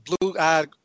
blue-eyed